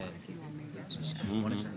בהחלט.